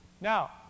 Now